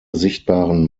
sichtbaren